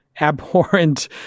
abhorrent